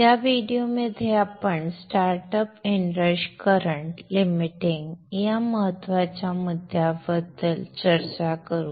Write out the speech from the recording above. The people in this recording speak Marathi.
या व्हिडिओमध्ये आपण स्टार्टअप इनरश करंट लिमिटिंग या महत्त्वाच्या मुद्द्याबद्दल चर्चा करू